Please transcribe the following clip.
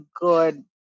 good